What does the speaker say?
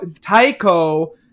Taiko